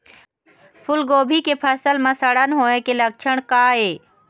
फूलगोभी के फसल म सड़न होय के लक्षण का ये?